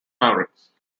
mavericks